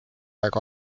aeg